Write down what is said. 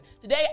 today